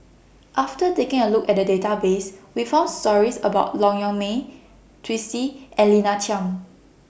after taking A Look At The Database We found stories about Long Yong May Twisstii and Lina Chiam